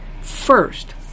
First